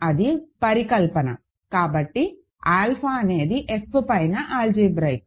అది పరికల్పన కాబట్టి ఆల్ఫా అనేది F పైన ఆల్జీబ్రాయిక్